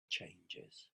changes